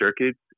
circuits